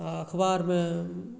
आ अखबारमे